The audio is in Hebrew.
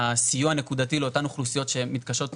סיוע נקודתי לאותן אוכלוסיות שמתקשות להעסיק.